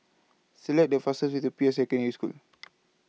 Select The fastest Way The Peirce Secondary School